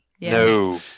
No